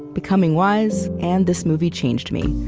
becoming wise, and this movie changed me.